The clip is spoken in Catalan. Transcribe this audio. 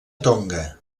tonga